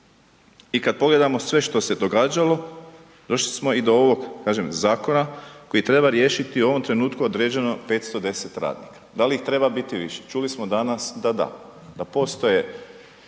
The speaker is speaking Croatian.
I kad pogledamo sve što se događalo, došli smo i do ovog, kažem, zakona koji treba riješiti, u ovom trenutku određeno 510 radnika. Da li ih treba biti više? Čuli smo danas da da, da postoje